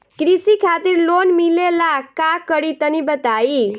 कृषि खातिर लोन मिले ला का करि तनि बताई?